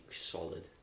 solid